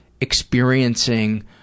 experiencing